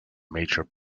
major